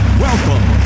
welcome